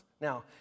Now